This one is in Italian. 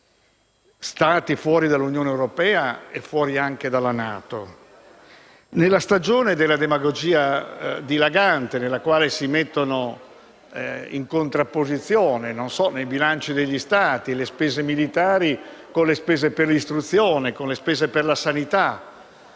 Stati fuori dall'Unione europea e fuori anche dalla NATO. È la stagione della demagogia dilagante, nella quale si mettono in contrapposizione, nei bilanci degli Stati, le spese militari con le spese per l'istruzione, per la sanità,